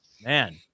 man